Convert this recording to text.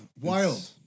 Wild